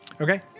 Okay